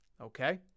Okay